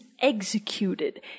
executed